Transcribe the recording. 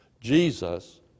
Jesus